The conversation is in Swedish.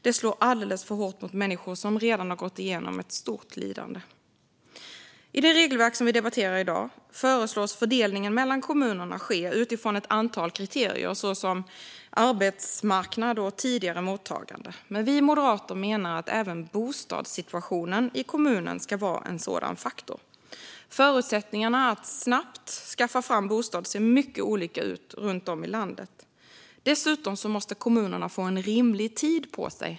Det slår alltför hårt mot människor som redan har gått igenom ett stort lidande. I det regelverk som vi debatterar i dag föreslås fördelningen mellan kommunerna ske utifrån ett antal kriterier, såsom arbetsmarknad och tidigare mottagande. Men vi moderater menar att även bostadssituationen i kommunen ska vara en sådan faktor. Förutsättningarna att snabbt skaffa fram bostad ser mycket olika ut runt om i landet. Dessutom måste kommunerna få en rimlig tid på sig.